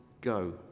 go